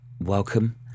welcome